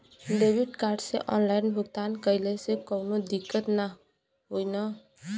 Debit card से online भुगतान कइले से काउनो दिक्कत ना होई न?